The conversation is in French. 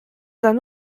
d’un